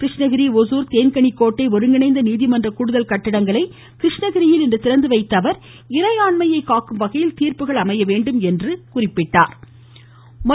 கிருஷ்ணகிரி ஒருங்கிணைந்த நீதிமன்ற கூடுதல் கட்டடங்களை கிருஷ்ணகிரியில் இன்று திறந்து வைத்த அவர் இறையாண்மையை காக்கும் வகையில் தீர்ப்புகள் அமைய வேண்டும் என்றார்